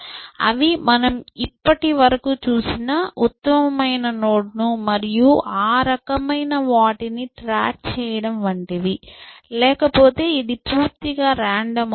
అవి మనం ఇప్పటివరకు చూసిన ఉత్తమమైన నోడ్ ను మరియు ఆ రకమైన వాటిని ట్రాక్ చేయడం వంటివి లేకపోతే ఇది పూర్తిగా రాండమ్ అవుతుంది